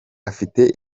afite